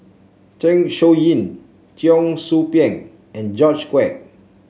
Zeng Shouyin Cheong Soo Pieng and George Quek